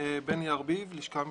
בני ארביב, הלשכה המשפטית,